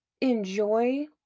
enjoy